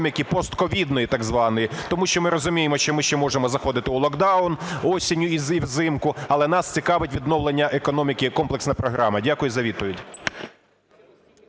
економіки, постковідної так званої, тому що ми розуміємо, що ми ще можемо ще заходити у локдаун восени і взимку, але нас цікавить відновлення економіки, комплексна програма. Дякую за